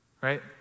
Right